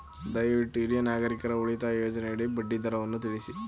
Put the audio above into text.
ದಯವಿಟ್ಟು ಹಿರಿಯ ನಾಗರಿಕರ ಉಳಿತಾಯ ಯೋಜನೆಯ ಬಡ್ಡಿ ದರವನ್ನು ತಿಳಿಸಿ